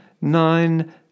nine